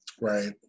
Right